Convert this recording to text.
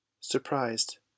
Surprised